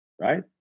Right